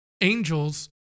angels